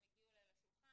שהגיעו אליי לשולחן,